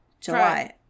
July